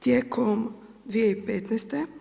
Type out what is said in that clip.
Tijekom 2015.